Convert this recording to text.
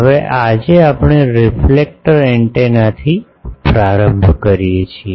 હવે આજે આપણે રિફ્લેક્ટર એન્ટેનાથી પ્રારંભ કરીએ છીએ